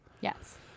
Yes